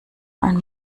ein